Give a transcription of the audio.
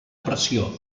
pressió